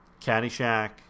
caddyshack